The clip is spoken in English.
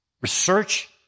research